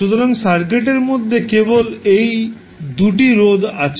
সুতরাং সার্কিটের মধ্যে কেবল এই 2 টি রোধ আছে